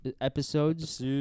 episodes